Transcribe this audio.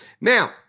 Now